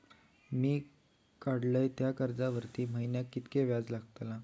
मी काडलय त्या कर्जावरती महिन्याक कीतक्या व्याज लागला?